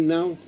now